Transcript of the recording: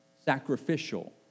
sacrificial